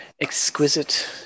exquisite